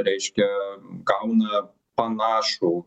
reiškia gauna panašų